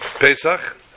Pesach